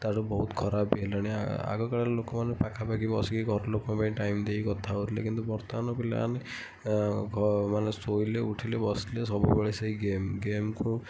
ତା'ର ବହୁତ ଖରାପ ବି ହେଲାଣି ଆ ଆଗକାଳରେ ଲୋକମାନେ ପାଖାପାଖି ବସିକି ଘରଲୋକଙ୍କ ପାଇଁ ଟାଇମ୍ ଦେଇକି କଥା ହେଉଥିଲେ କିନ୍ତୁ ବର୍ତ୍ତମାନ ପିଲାମାନେ ମାନେ ଶୋଇଲେ ଉଠିଲେ ବସିଲେ ସବୁବେଳେ ସେଇ ଗେମ୍ ଗେମ୍କୁ